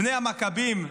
בני המכבים,